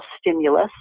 stimulus